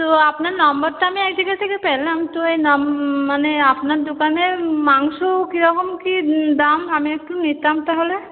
তো আপনার নম্বরটা আমি এক জায়গা থেকে পেলাম মানে আপনার দোকানে মাংস কিরকম কি দাম আমি একটু নিতাম তাহলে